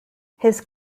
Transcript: his